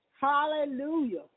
Hallelujah